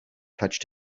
touched